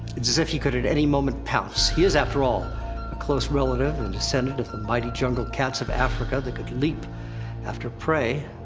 it's as if he could at any moment pounce, he is after all, a close relative and descendant of the mighty jungle cats of africa that could leap after prey.